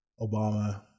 Obama